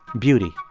beauty.